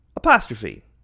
Apostrophe